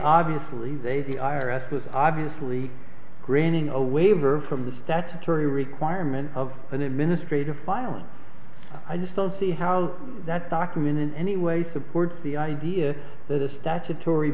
obviously they the i r s was obviously granting a waiver from the statutory requirement of an administrative filing i just don't see how that document in any way supports the idea that a statutory